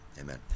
Amen